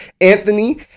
Anthony